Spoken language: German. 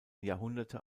jahrhunderte